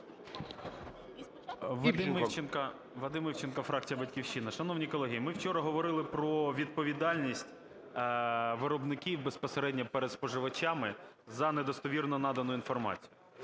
Вадим Івченко, фракція "Батьківщина". Шановні колеги, ми вчора говорили про відповідальність виробників безпосередньо перед споживачами за недостовірно надану інформацію.